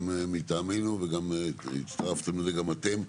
גם מטעמנו וגם הצטרפתם לזה גם אתם.